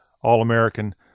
All-American